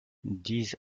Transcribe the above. these